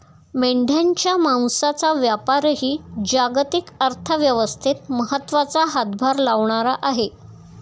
मेंढ्यांच्या मांसाचा व्यापारही जागतिक अर्थव्यवस्थेत महत्त्वाचा हातभार लावणारा आहे